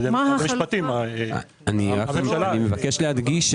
אני מבקש להדגיש,